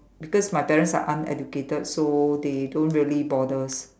because my parents are uneducated so they don't really bothers